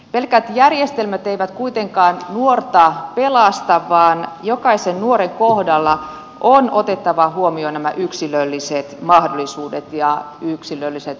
pelkät järjestelmät eivät kuitenkaan nuorta pelasta vaan jokaisen nuoren kohdalla on otettava huomioon nämä yksilölliset mahdollisuudet ja yksilölliset valmiudet